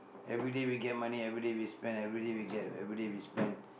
everyday we get money everyday we spend everyday we get everyday we spend